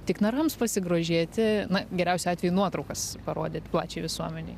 tik narams pasigrožėti na geriausiu atveju nuotraukas parodyt plačiai visuomenei